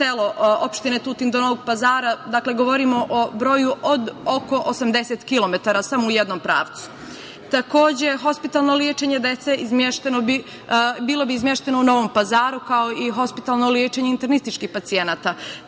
hospitalno lečenje dece bilo bi izmešteno u Novom Pazaru, kao i hospitalno lečenje internističkih pacijenata. Takođe,